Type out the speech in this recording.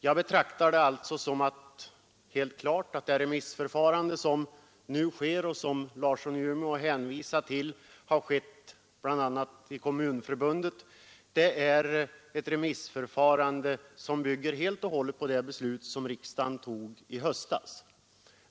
Jag betraktar det alltså som helt klart att det remissförfarande som nu sker — och som herr Larsson i Umeå uppger har skett bl.a. i Kommunförbundet — är helt i enlighet med det beslut som riksdagen fattade i höstas.